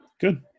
Good